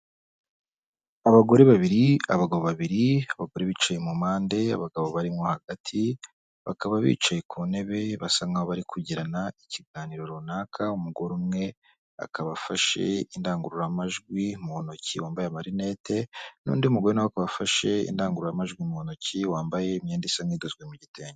Abagore babiri, abagabo babiri, abagore bicaye mu mpande, abagabo barimo hagati, bakaba bicaye ku ntebe basa nk'aho bari kugirana ikiganiro runaka, umugore umwe akaba afashe indangururamajwi mu ntoki wambaye amarinete, n'undi mugore na we akaba afashe indangururamajwi mu ntoki, wambaye imyenda isa nk'idozwe mu gitenge.